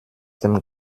dem